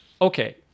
Okay